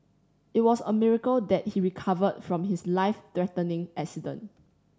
it was a miracle that he recovered from his life threatening accident